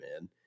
man